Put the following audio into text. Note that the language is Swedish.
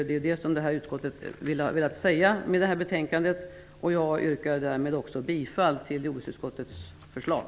Det är vad utskottet har velat säga med betänkandet. Jag yrkar bifall till jordbruksutskottets förslag.